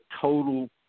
total